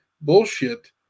bullshit